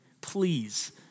please